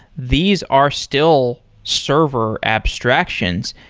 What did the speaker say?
these are still server abstractions,